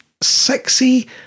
sexy